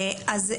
אז,